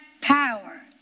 power